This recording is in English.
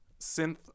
synth